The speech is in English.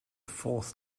fourth